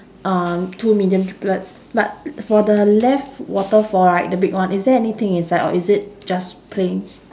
um two medium driblets but for the left waterfall right the big one is there anything inside or is it just plain